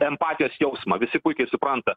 empatijos jausmą visi puikiai supranta